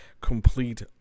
complete